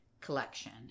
collection